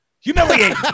Humiliate